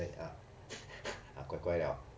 乖乖 liao